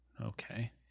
Okay